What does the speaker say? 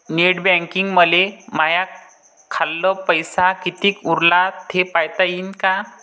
Net बँकिंगनं मले माह्या खाल्ल पैसा कितीक उरला थे पायता यीन काय?